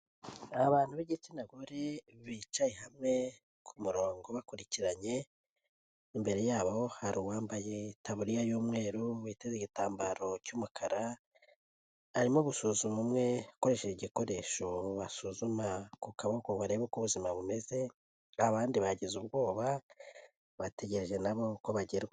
Abantu b'igitsina gore bicaye hamwe ku murongo bakurikiranye, imbere yabo hari uwambaye itabuririya y'umweru witeze igitambaro cy'umukara. Arimo gusuzuma umwe akoresheje igikoresho basuzuma ku kaboko barebe uko ubuzima bumeze. Abandi bagize ubwoba bategereje nabo ko bagerwaho.